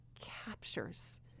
captures